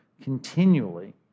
continually